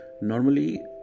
Normally